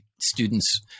students